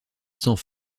sans